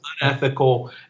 unethical